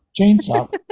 chainsaw